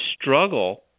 struggle